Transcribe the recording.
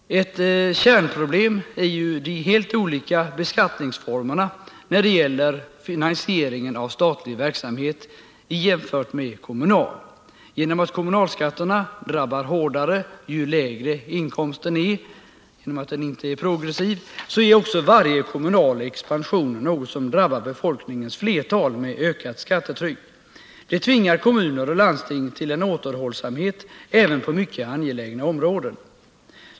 Ett kärnproblem är de helt olika beskattningsformerna när det gäller finansieringen av statlig verksamhet jämfört med kommunal. Genom att kommunalskatten drabbar hårdare ju lägre inkomsten är, eftersom den inte är progressiv, är också varje kommunal expansion något som drabbar befolkningens flertal med ökat skattetryck. Det tvingar kommuner och landsting till återhållsamhet även på mycket angelägna områden.